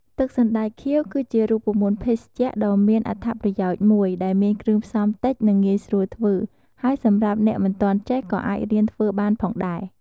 ទឹកសណ្ដែកខៀវ គឺជារូបមន្តភេសជ្ជៈដ៏មានអត្ថប្រយោជន៍មួយ ដែលមានគ្រឿងផ្សំតិច និងងាយស្រួលធ្វើ ហើយសម្រាប់អ្នកមិនទាន់ចេះក៏អាចរៀនធ្វើបានផងដែរ។